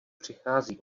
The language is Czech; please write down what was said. přichází